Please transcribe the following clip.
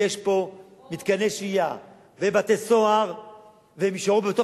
יש פה מתקני שהייה ובתי-סוהר והם יישארו בתוך